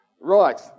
Right